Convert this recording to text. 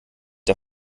der